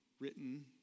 written